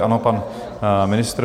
Ano, pan ministr.